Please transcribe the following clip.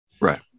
Right